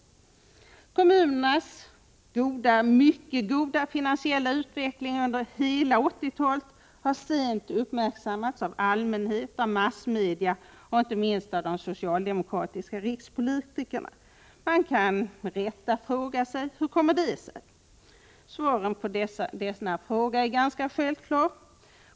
Kommunernas goda — mycket goda — finansiella utveckling under hela 1980-talet har sent uppmärksammats av allmänhet, av massmedia och inte minst av de socialdemokratiska rikspolitikerna. Man kan med rätta fråga: Hur kommer det sig? Svaret på denna fråga är ganska självklart.